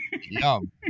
yum